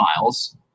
miles